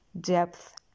depth